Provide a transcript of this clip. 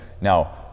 Now